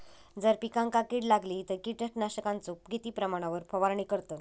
जर पिकांका कीड लागली तर कीटकनाशकाचो किती प्रमाणावर फवारणी करतत?